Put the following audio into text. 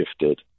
shifted